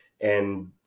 and-